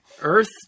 Earth